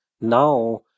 Now